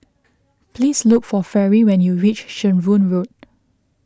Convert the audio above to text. please look for Fairy when you reach Shenvood Road